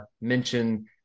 mention